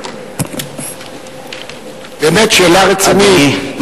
באמת שאלה רצינית,